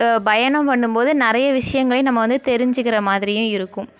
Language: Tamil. பயணம் பண்ணும்போது நிறைய விஷயங்களையும் நம்ம வந்து தெரிஞ்சிக்கிற மாதிரியும் இருக்கும்